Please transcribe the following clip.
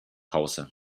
hause